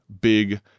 big